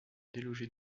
déloger